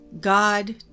God